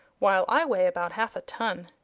while i weigh about half a ton.